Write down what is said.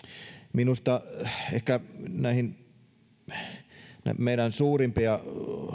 minusta ehkä meidän suurimpia